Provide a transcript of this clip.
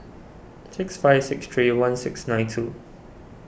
six five six three one six nine two